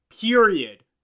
period